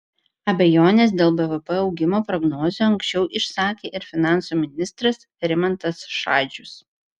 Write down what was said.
abejones dėl bvp augimo prognozių anksčiau išsakė ir finansų ministras rimantas šadžius